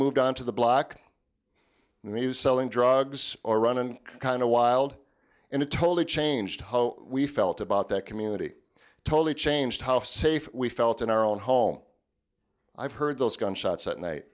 moved onto the block and he was selling drugs or run and kind of wild and it totally changed how we felt about that community totally changed how safe we felt in our own home i've heard those gunshots at night